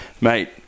Mate